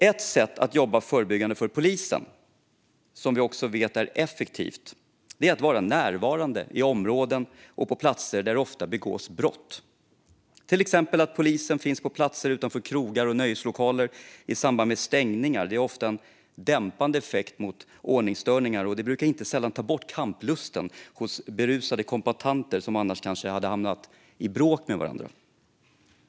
Ett sätt att jobba förebyggande för polisen, som vi också vet är effektivt, är att vara närvarande i områden och på platser där det ofta begås brott. Det kan till exempel handla om att polisen finns på plats utanför krogar och nöjeslokaler i samband med stängning. Det har ofta en dämpande effekt på ordningsstörningar, och det brukar inte sällan ta bort kamplusten hos berusade kombattanter som annars kanske hade hamnat i bråk med varandra.